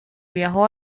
viajó